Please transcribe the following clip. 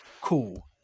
Cool